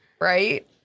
Right